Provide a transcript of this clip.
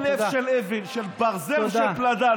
יש בכם לא לב של אבן, של ברזל ושל פלדה.